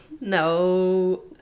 No